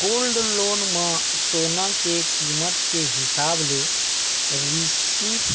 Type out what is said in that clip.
gold loan म सोना के कीमत के हिसाब ले सिरिफ